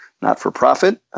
not-for-profit